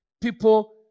people